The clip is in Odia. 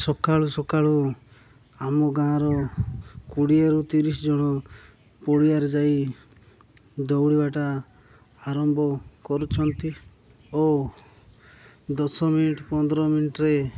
ସକାଳୁ ସକାଳୁ ଆମ ଗାଁର କୁଡ଼ିଆରୁ ତିରିଶ ଜଣ ପଡ଼ିଆରେ ଯାଇ ଦୌଡ଼ିବାଟା ଆରମ୍ଭ କରୁଛନ୍ତି ଓ ଦଶ ମିନିଟ୍ ପନ୍ଦର ମିନିଟରେ